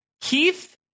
Keith